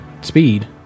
speed